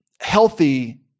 healthy